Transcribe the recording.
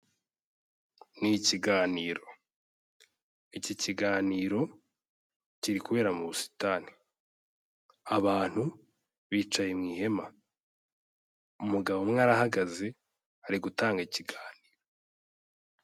Ni ikiganiro. Iki kiganiro, kiri kubera mu busitani. Abantu bicaye mu ihema. Umugabo umwe arahagaze, ari gutanga ikiganiro.